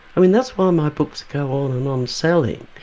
i mean that's why my books go on and on selling.